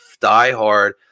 diehard